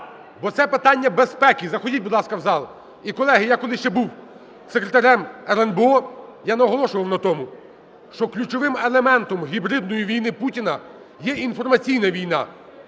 Бо це питання безпеки. Заходіть, будь ласка, в зал. І, колеги. я коли ще був секретарем РНБО, я наголошував на тому, що ключовим елементом гібридної війни Путіна є інформаційна війна.